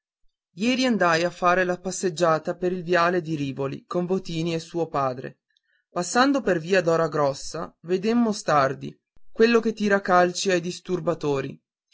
ieri andai a far la passeggiata per il viale di rivoli con votini e suo padre passando per via dora grossa vedemmo stardi quello che tira calci ai disturbatori